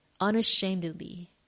unashamedly